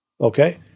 okay